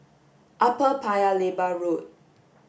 Upper Paya Lebar Road